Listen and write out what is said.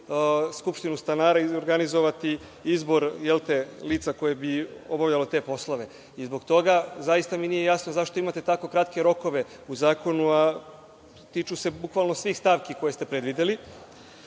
skupštinu stanara i organizovati izbor lica koje bi obavljalo te poslove. Zbog toga zaista mi nije jasno zašto imate tako kratke rokove u zakonu, a tiču se bukvalno svih stavki koje ste predvideli. Jedna